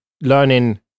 learning